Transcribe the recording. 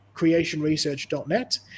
creationresearch.net